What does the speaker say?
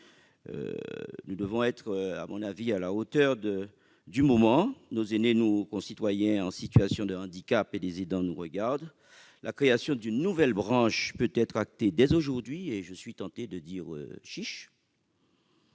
Nous devons être à la hauteur de l'enjeu. Nos aînés, nos concitoyens en situation de handicap et les aidants nous regardent. La création d'une nouvelle branche peut être décidée dès aujourd'hui :« chiche », suis-je tenté de dire.